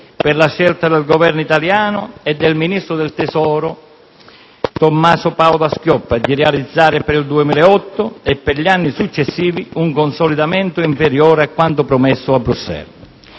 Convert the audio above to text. per la scelta del Governo italiano e del ministro dell'economia Tommaso Padoa-Schioppa di realizzare per il 2008 e per gli anni successivi un consolidamento inferiore a quanto promesso a Bruxelles.